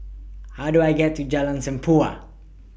How Do I get to Jalan Tempua